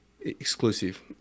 exclusive